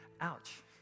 Ouch